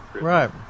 right